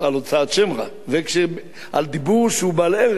זה על דיבור שהוא בעל ערך, דיבור שהוא